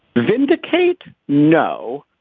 vindicate. no.